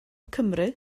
cymru